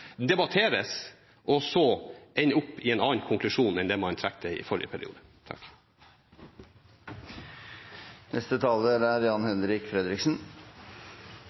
debatteres, og så ende opp med en annen konklusjon enn den man trakk i forrige periode.